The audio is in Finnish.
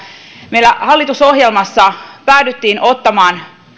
meillä hallitusohjelmassa päädyttiin ottamaan